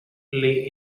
lay